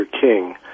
King